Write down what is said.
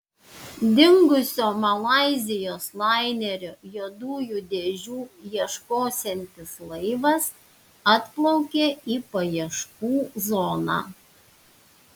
dingusio malaizijos lainerio juodųjų dėžių ieškosiantis laivas atplaukė į paieškų zoną